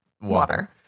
Water